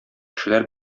кешеләр